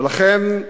ולכן,